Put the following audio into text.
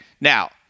Now